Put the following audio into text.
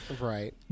Right